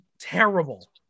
terrible